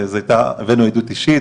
הבאנו עדות אישית,